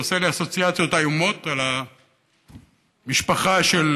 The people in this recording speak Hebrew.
זה עושה לי אסוציאציות איומות על המשפחה של